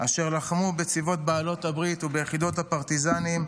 אשר לחמו בצבאות בעלות הברית וביחידות הפרטיזנים,